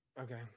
Okay